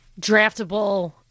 draftable